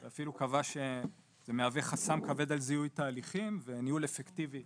אפילו קבע שזה מהווה חסם כבד על זיהוי תהליכים וניהול אפקטיבי